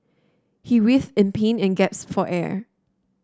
he writhed in pain and gasped for air